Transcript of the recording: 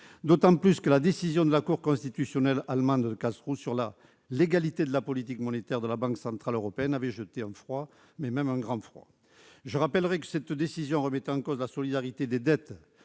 d'autant que la décision de la Cour constitutionnelle allemande de Karlsruhe sur la légalité de la politique monétaire de la Banque centrale européenne avait jeté un grand froid. Je rappelle que cette décision remet en cause la solidarité des dettes